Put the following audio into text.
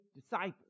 disciples